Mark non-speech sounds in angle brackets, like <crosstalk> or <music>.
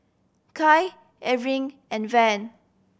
Kai <unintelligible> and Van